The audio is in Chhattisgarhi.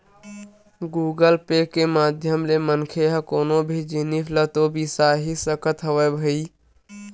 गुगल पे के माधियम ले मनखे ह कोनो भी जिनिस ल तो बिसा ही सकत हवय भई